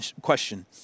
question